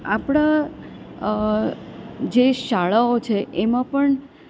આપણાં જે શાળાઓ છે એમાં પણ